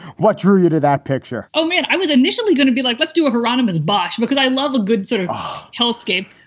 what drew you to that picture? oh, man. i was initially going to be like, let's do a hieronymus bosch because i love a good sort of hell scape.